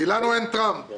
כי לנו אין טראמפ.